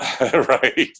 Right